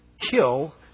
kill